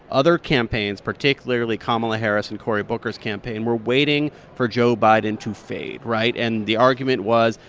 other campaigns, particularly kamala harris and cory booker's campaign, were waiting for joe biden to fade, right? and the argument was,